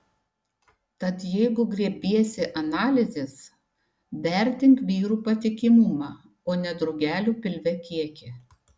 tad jeigu griebsiesi analizės vertink vyrų patikimumą o ne drugelių pilve kiekį